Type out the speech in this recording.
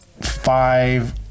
five